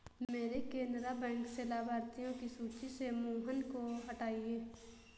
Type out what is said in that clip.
मेरे केनरा बैंक से लाभार्थियों की सूची से मोहन को हटाइए